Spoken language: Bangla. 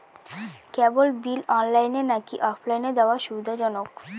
কেবল বিল অনলাইনে নাকি অফলাইনে দেওয়া সুবিধাজনক?